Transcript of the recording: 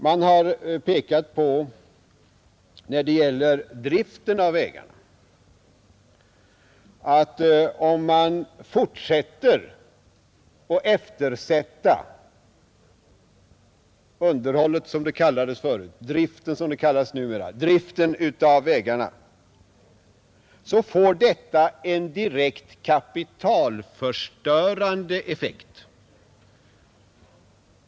Man har beträffande driften av vägarna pekat på att om man fortsätter att eftersätta underhållet, som det kallades förut eller driften som det kallas nu, av vägarna så får detta en direkt kapitalförstörande effekt.